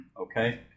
okay